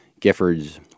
Giffords